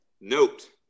note